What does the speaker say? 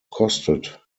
kostet